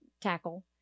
tackle